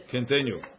Continue